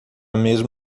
mesmo